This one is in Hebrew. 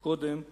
קודם להריסה.